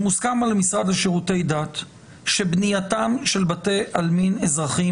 שמוסכם על המשרד לשירותי דת שבנייתם של בתי עלמין אזרחים